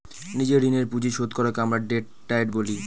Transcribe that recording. নিজের ঋণের পুঁজি শোধ করাকে আমরা ডেট ডায়েট বলি